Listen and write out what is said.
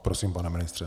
Prosím, pane ministře.